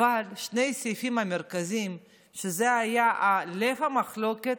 אבל שני הסעיפים המרכזיים, שזה היה בלב המחלוקת,